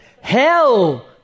Hell